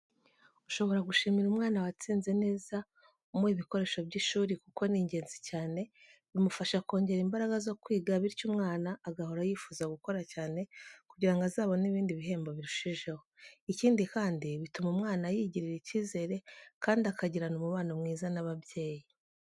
Ushobora gushimira umwana watsinze neza umuha ibikoresho by’ishuri kuko ni ingenzi cyane bimufasha kongera imbaraga zo kwiga bityo umwana agahora yifuza gukora cyane kugira ngo azabone ibindi bihembo birushijeho. Ikindi kandi bituma umwana yigirira icyizere kandi akagirana umubano mwiza n’ababyeyi.